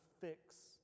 fix